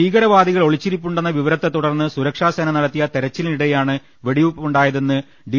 ഭീകരവാദികൾ ഒളിച്ചിരിപ്പുണ്ടെന്ന് വിവരത്തെതുടർന്ന് സുരക്ഷാസേന നടത്തിയ തെരച്ചിലിനിടെയാണ് വെടിപ്പുണ്ടായതെന്ന് ഡി